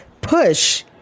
push